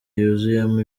yuzuyemo